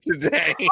today